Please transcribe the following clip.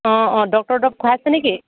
অঁ অঁ ডক্তৰক দেখুৱাইছে নেকি